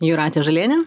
jūrate žaliene